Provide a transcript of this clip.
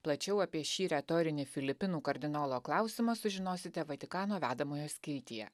plačiau apie šį retorinį filipinų kardinolo klausimą sužinosite vatikano vedamojo skiltyje